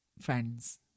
friends